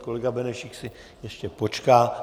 Kolega Benešík si ještě počká.